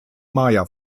maya